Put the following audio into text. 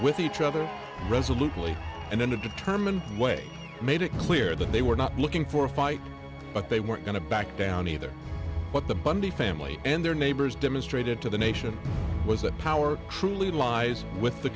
with each other resolutely and in a determined way made it clear that they were not looking for a fight but they weren't going to back down either but the bundy family and their neighbors demonstrated to the nation power truly lies with the